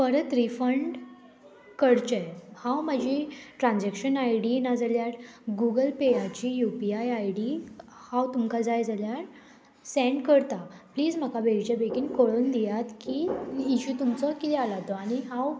परत रिफंड करचे हांव म्हाजी ट्रान्जॅक्शन आय डी नाजाल्यार गुगल पेयाची U P I I D हांव तुमकां जाय जाल्यार सेंड करता प्लीज म्हाका बेगीच्या बेगीन कळोवन दियात की इशू तुमचो किदें जाला तो आनी हांव